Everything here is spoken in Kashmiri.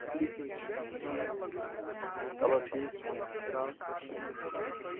ٹھیٖک حظ چھِ ٹھیٖک چلو ٹھیٖک حظ چھِ اَدٕ سا